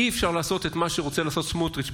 אי-אפשר לעשות את מה שרוצה לעשות סמוטריץ'